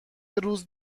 روز